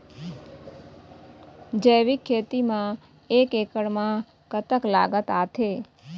जैविक खेती म एक एकड़ म कतक लागत आथे?